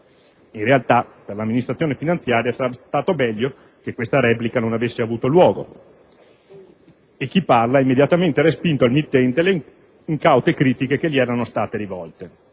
In realtà, per l'amministrazione finanziaria sarebbe stato meglio che questa replica non avesse avuto luogo e chi parla ha immediatamente respinto al mittente le incaute critiche che gli erano state rivolte!